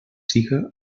siga